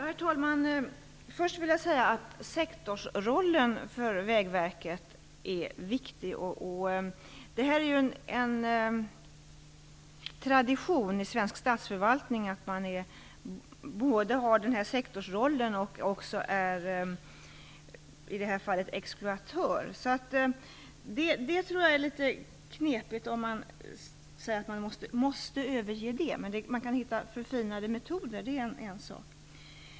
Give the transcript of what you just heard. Herr talman! Sektorsrollen för Vägverket är viktig. Det är en tradition i svensk statsförvaltning att man både har sektorsrollen och, som i det här fallet, också är exploatör. Jag tror att det blir knepigt om man måste överge det, men man kan hitta förfinade metoder.